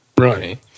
Right